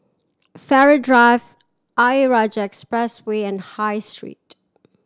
Farrer Drive Ayer Rajah Expressway and High Street